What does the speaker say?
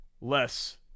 less